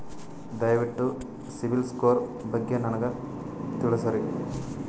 ದಯವಿಟ್ಟು ಸಿಬಿಲ್ ಸ್ಕೋರ್ ಬಗ್ಗೆ ನನಗ ತಿಳಸರಿ?